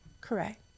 Correct